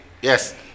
Yes